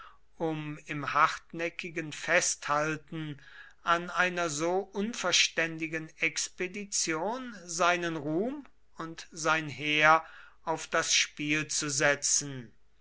um im hartnäckigen festhalten an einer so unverständigen expedition seinen ruhm und sein heer auf das spiel zu setzen